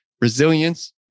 resilience